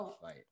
fight